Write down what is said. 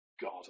God